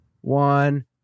one